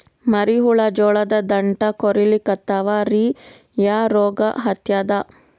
ಮರಿ ಹುಳ ಜೋಳದ ದಂಟ ಕೊರಿಲಿಕತ್ತಾವ ರೀ ಯಾ ರೋಗ ಹತ್ಯಾದ?